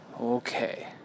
Okay